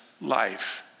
life